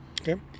Okay